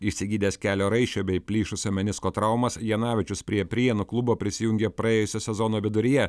išsigydęs kelio raiščio bei plyšusio menisko traumas janavičius prie prienų klubo prisijungė praėjusio sezono viduryje